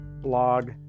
blog